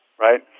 Right